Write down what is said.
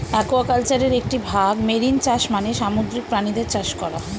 অ্যাকুয়াকালচারের একটি ভাগ মেরিন চাষ মানে সামুদ্রিক প্রাণীদের চাষ করা